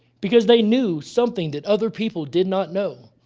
because they knew something that other people did not know,